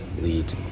lead